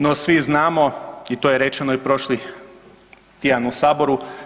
No svi znamo i to je rečeno i prošli tjedan u Saboru.